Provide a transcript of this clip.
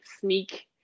sneak